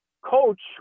coach